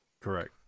Correct